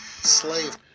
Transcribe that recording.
slave